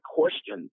question